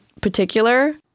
particular